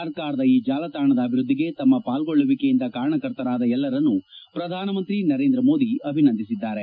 ಸರ್ಕಾರದ ಈ ಜಾಲತಾಣದ ಅಭಿವೃದ್ದಿಗೆ ತಮ್ಮ ಪಾಲ್ಗೊಳ್ಳುವಿಕೆಯಿಂದ ಕಾರಣಕರ್ತರಾದ ಎಲ್ಲರನ್ನೂ ಪ್ರಧಾನಮಂತ್ರಿ ನರೇಂದ್ರ ಮೋದಿ ಅಭಿನಂದಿಸಿದ್ದಾರೆ